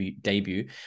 debut